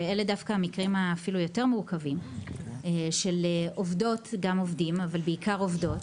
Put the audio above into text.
אלו דווקא המקרים היותר מורכבים של עובדות גם עובדים אבל בעיקר עובדות,